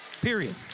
Period